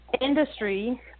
industry